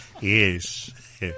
Yes